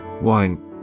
wine